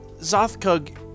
Zothkug